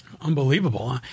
unbelievable